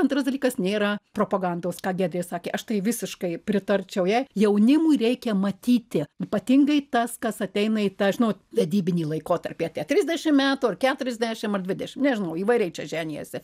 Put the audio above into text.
antras dalykas nėra propagandos ką gierdė sakė aš tai visiškai pritarčiau jai jaunimui reikia matyti ypatingai tas kas ateina į tą žinot vedybinį laikotarpį apie trisdešim metų ar keturiasdešim ar dvidešim nežinau įvairiai čia ženijasi